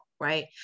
right